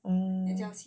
mm